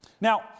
Now